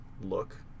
look